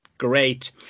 Great